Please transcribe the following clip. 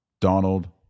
Donald